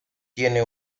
tiene